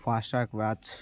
Fastrack watch